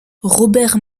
robert